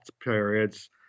periods